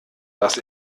dass